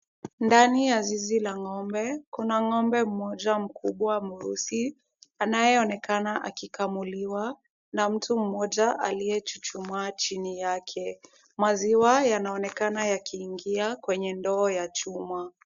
Ndani ya zizi la ng'ombe, kuna ng'ombe mmoja mkubwa mweusi anayeonekana akikamuliwa na mtu mmoja aliyechuchumaa chini yake. Maziwa yanaonekana yakiingia kwenye ndoo ya chuma.